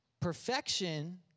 Perfection